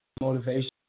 motivation